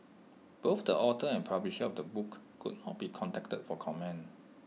both the author and publisher of the book could not be contacted for comment